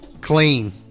clean